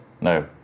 No